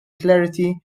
clarity